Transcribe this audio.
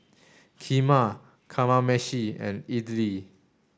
Kheema Kamameshi and Idili